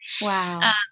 Wow